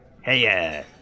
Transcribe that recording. Hey